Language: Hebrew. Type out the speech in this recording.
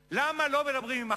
למה לא מדברים עם ה"חמאס"?